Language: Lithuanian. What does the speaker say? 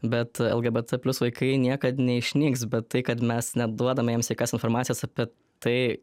bet lgbt plius vaikai niekad neišnyks bet tai kad mes neduodame jiems jokios informacijos apie tai